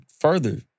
further